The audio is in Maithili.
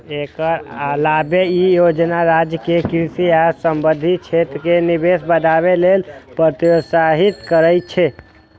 एकर अलावे ई योजना राज्य कें कृषि आ संबद्ध क्षेत्र मे निवेश बढ़ावे लेल प्रोत्साहित करै छै